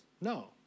No